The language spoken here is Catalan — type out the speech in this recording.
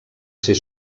ser